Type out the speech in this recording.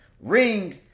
ring